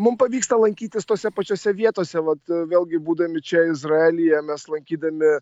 mum pavyksta lankytis tose pačiose vietose vat vėlgi būdami čia izraelyje mes lankydami